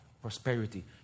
prosperity